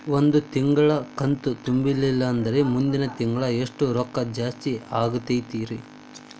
ಒಂದು ತಿಂಗಳಾ ಕಂತು ತುಂಬಲಿಲ್ಲಂದ್ರ ಮುಂದಿನ ತಿಂಗಳಾ ಎಷ್ಟ ರೊಕ್ಕ ಜಾಸ್ತಿ ಆಗತೈತ್ರಿ?